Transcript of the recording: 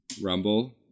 Rumble